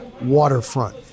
waterfront